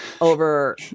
over